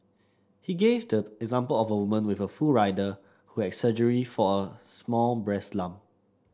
he gave the example of a woman with full rider who had surgery for a small breast lump